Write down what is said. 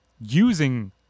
using